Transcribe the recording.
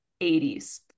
80s